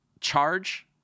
Charge